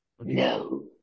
No